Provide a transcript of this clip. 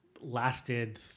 lasted